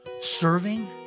serving